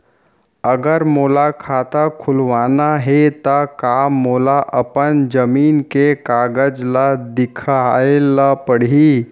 अगर मोला खाता खुलवाना हे त का मोला अपन जमीन के कागज ला दिखएल पढही?